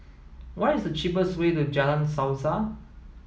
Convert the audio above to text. what is the cheapest way to Jalan Suasa